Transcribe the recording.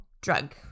drug